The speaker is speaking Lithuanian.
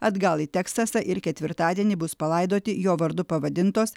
atgal į teksasą ir ketvirtadienį bus palaidoti jo vardu pavadintos